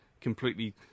completely